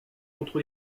contre